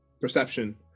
perception